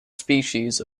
species